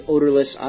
Odorless